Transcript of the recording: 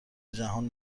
جهان